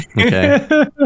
okay